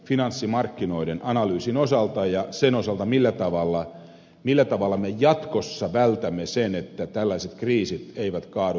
finanssimarkkinoiden analyysin osalta ja sen osalta millä tavalla millä tavalla me jatkossa välttämiseen että tällaiset kriisit eivät kaadu